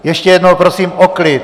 Ještě jednou prosím o klid!